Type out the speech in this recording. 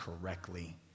correctly